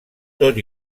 tot